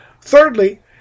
Thirdly